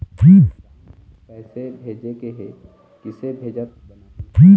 गांव म पैसे भेजेके हे, किसे भेजत बनाहि?